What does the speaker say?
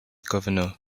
governor